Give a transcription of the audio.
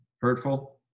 hurtful